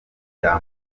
bya